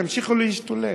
תמשיכו להשתולל.